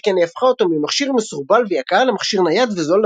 שכן היא הפכה אותו ממכשיר מסורבל ויקר למכשיר נייד וזול,